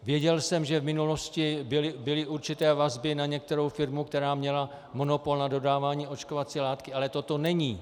Věděl jsem, že v minulosti byly určité vazby na některou firmu, která měla monopol na dodávání očkovací látky, ale toto není.